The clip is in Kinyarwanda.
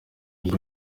ngo